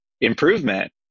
improvement